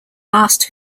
last